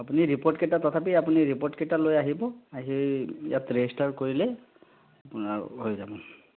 আপুনি ৰিপ'ৰ্ট কেইটা তথাপি আপুনি ৰিপ'ৰ্টকেইটা লৈ আহিব আহি ইয়াত ৰেজিষ্টাৰ কৰিলে আপোনাৰ হৈ যাব